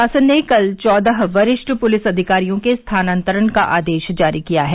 शासन ने कल चौदह वरिष्ठ पुलिस अधिकारियों के स्थानांतरण का आदेश जारी किया है